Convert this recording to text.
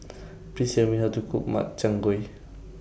Please Tell Me How to Cook Makchang Gui